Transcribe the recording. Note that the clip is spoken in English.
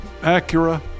Acura